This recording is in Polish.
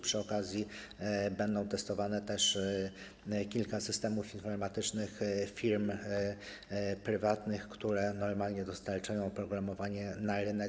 Przy okazji będzie testowane też kilka systemów informatycznych firm prywatnych, które normalnie dostarczają oprogramowanie na rynek.